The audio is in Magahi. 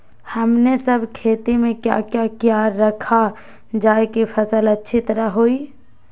हमने सब खेती में क्या क्या किया रखा जाए की फसल अच्छी तरह होई?